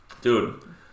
Dude